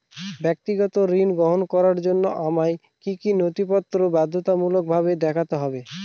ব্যক্তিগত ঋণ গ্রহণ করার জন্য আমায় কি কী নথিপত্র বাধ্যতামূলকভাবে দেখাতে হবে?